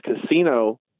casino